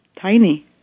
Tiny